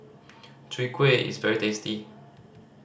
Chwee Kueh is very tasty